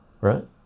right